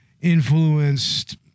influenced